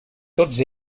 tots